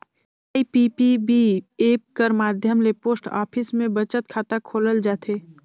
IPPB app कर माध्यम ले पोस्ट ऑफिस में बचत खाता खोलल जाथे